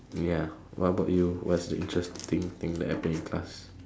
ya what about you what is the interesting thing that happen in class